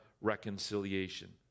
reconciliation